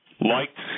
liked